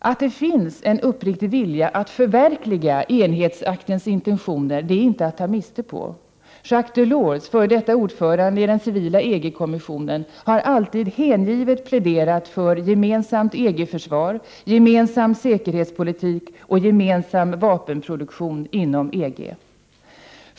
Att det finns en uppriktig vilja att förverkliga enhetsaktens intentioner är inte att ta miste på. Jacques Delors, före detta ordförande i den ”civila” EG-kommissionen, har alltid hängivet pläderat för gemensamt EG-försvar, gemensam säkerhetspolitik och gemensam vapenproduktion inom EG.